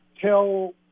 tell